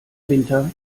winter